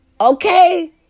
Okay